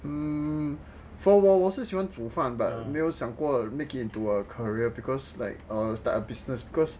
um for 我我是喜欢煮饭 but 没有想过 make it into a career because or like a business because